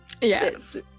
Yes